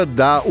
da